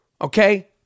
okay